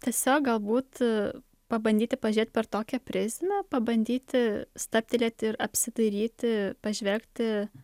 tiesiog galbūt pabandyti pažiūrėti per tokią prizmę pabandyti stabtelėti ir apsidairyti pažvelgti